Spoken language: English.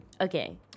Okay